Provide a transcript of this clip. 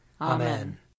Amen